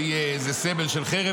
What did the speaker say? שיהיה איזה סמל של חרב,